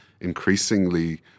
increasingly